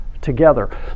together